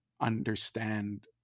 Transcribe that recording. understand